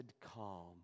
calm